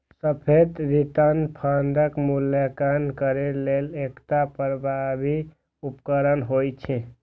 सापेक्ष रिटर्न फंडक मूल्यांकन करै लेल एकटा प्रभावी उपकरण होइ छै